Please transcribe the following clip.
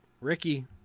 Ricky